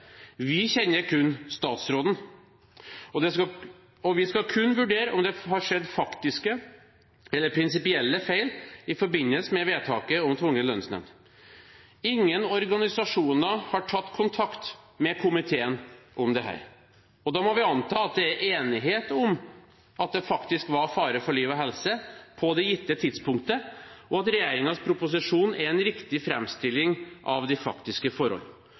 Vi kjenner kun statsråden, og vi skal kun vurdere om det har skjedd faktiske eller prinsipielle feil i forbindelse med vedtaket om tvungen lønnsnemnd. Ingen organisasjoner har tatt kontakt med komiteen om dette. Da må vi anta at det er enighet om at det faktisk var fare for liv og helse på det gitte tidspunktet, og at regjeringens proposisjon er en riktig framstilling av de faktiske forhold.